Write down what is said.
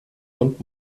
und